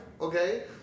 okay